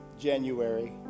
January